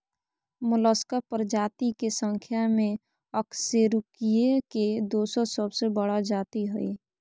Mollusca प्रजाति के संख्या में अकशेरूकीय के दोसर सबसे बड़ा जाति हइ